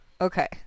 Okay